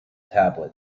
tablet